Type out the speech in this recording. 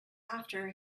after